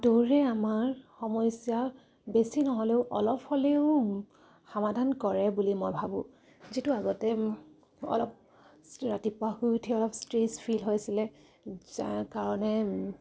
দৌৰে আমাৰ সমস্যা বেছি নহ'লেও অলপ হ'লেও সমাধান কৰে বুলি মই ভাবোঁ যিটো আগতে অলপ ৰাতিপুৱা শুই উঠি অলপ ষ্ট্ৰেছ ফিল হৈছিলে যাৰ কাৰণে